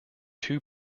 two